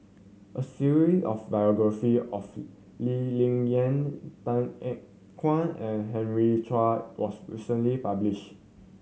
a series of biographies of Lee Ling Yen Tan Ean Kuan and Henry Chia was recently published